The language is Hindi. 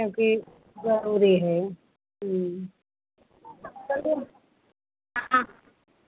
क्योंकि ज़रूरत है